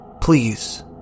Please